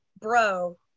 bro